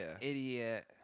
idiot